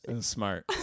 Smart